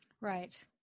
Right